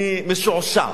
אני משועשע.